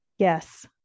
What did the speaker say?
Yes